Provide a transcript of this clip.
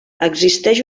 existeix